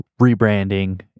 rebranding